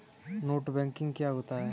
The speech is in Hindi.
नेट बैंकिंग क्या होता है?